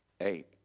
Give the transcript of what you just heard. eight